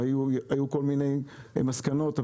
והיו כל מיני מסקנות,